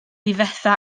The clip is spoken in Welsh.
difetha